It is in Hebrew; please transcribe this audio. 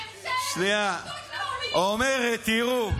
אומרת: תראו,